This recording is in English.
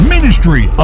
Ministry